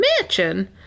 mansion